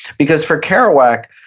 because for kerouac,